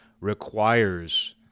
requires